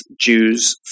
Jews